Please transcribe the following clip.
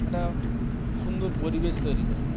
একটা সুন্দর পরিবেশ তৈরি করে